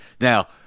Now